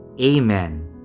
Amen